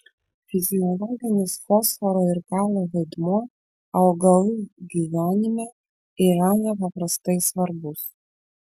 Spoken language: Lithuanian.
fiziologinis fosforo ir kalio vaidmuo augalų gyvenime yra nepaprastai svarbus